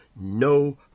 No